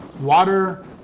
water